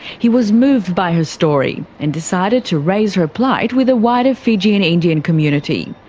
he was moved by her story, and decided to raise her plight with the wider fijian indian community.